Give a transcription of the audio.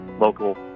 local